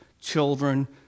children